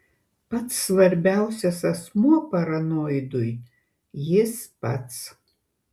pats svarbiausias asmuo paranoidui jis pats